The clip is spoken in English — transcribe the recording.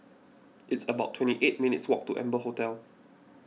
it's about twenty eight minutes' walk to Amber Hotel